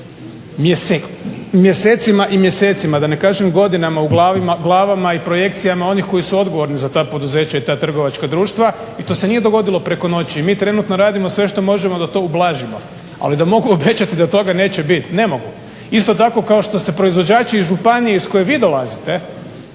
mjesecima i mjesecima da ne kažem godinama u glavama i projekcijama onih koji su odgovorni za ta poduzeća i ta trgovačka društva i to se nije dogodilo preko noći. I mi trenutno radimo sve što možemo da to ublažimo. Ali da mogu obećati da toga neće biti ne mogu. Isto tako kao što se proizvođači iz županije iz koje vi dolazite,